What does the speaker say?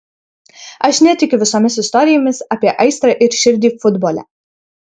aš netikiu visomis istorijomis apie aistrą ir širdį futbole